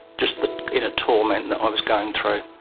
just the inner torment that i was going through.